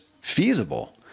feasible